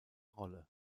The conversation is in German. rolle